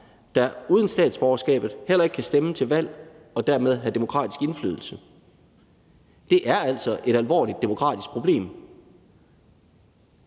der uden statsborgerskabet heller ikke kan stemme til valg og dermed have demokratisk indflydelse. Det er altså et alvorligt demokratisk problem.